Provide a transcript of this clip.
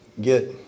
get